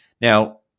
Now